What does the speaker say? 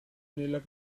nella